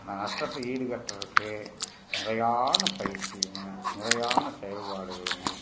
ஆனா நஷ்டத்தை ஈடுகட்றதுக்கு முறையான பயிற்சியுமும் முறையான செயல்பாடுகளுமும்